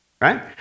right